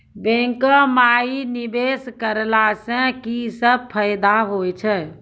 बैंको माई निवेश कराला से की सब फ़ायदा हो छै?